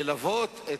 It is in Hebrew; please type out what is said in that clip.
לטפל בה